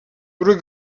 plus